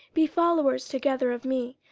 be followers together of me,